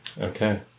okay